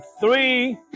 three